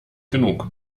genug